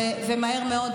ומהר מאוד,